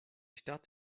stadt